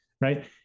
right